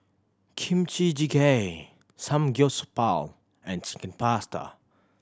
Kimchi Jjigae Samgyeopsal and Chicken Pasta